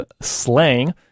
Slang